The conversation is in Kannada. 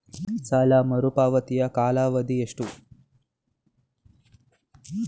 ಸಾಲ ಮರುಪಾವತಿಯ ಕಾಲಾವಧಿ ಎಷ್ಟು?